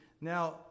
Now